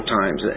times